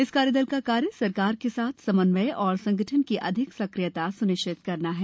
इस कार्यदल का कार्य सरकार के साथ समन्वय और संगठन की अधिक सकियता सुनिश्चित करना है